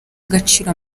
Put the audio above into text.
agaciro